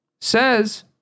says